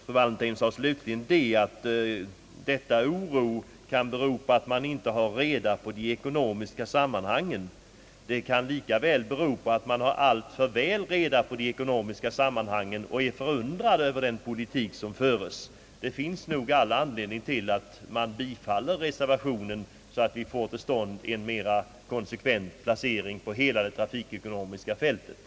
Fru Wallentheim sade slutligen att oron kan bero på att man inte har reda på de ekonomiska sammanhangen. Det kan likaväl bero på att man har alltför väl reda på de ekonomiska sammanhangen och är förundrad över den politik som föres. Det finns nog all anledning att bifalla reservationen, så att vi får till stånd en mera konsekvent planering på hela det trafikekonomiska fältet.